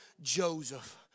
Joseph